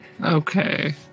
Okay